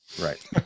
right